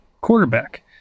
quarterback